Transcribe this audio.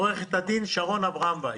עו"ד שרון אברהם-ויס.